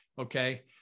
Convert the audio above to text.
okay